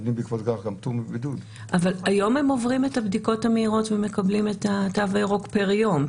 אבל היום הם עוברים את הבדיקות המהירות ומקבלים את התו הירוק פר יום,